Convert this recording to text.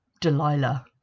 Delilah